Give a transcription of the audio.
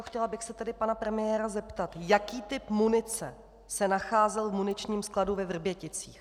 Chtěla bych se tedy pana premiéra zeptat: Jaký typ munice se nacházel v muničním skladu ve Vrběticích?